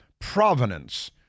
provenance